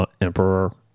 Emperor